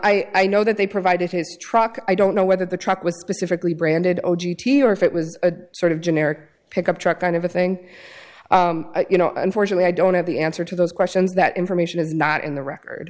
i know that they provided his truck i don't know whether the truck was specifically branded o g t t or if it was a sort of generic pickup truck kind of a thing you know unfortunately i don't have the answer to those questions that information is not in the record